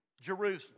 Jerusalem